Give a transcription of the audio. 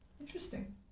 Interesting